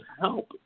help